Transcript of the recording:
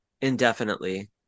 indefinitely